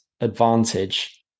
advantage